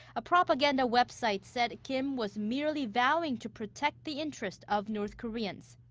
a propaganda website said kim was merely vowing to protect the interest of north koreans.